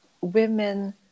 women